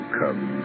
come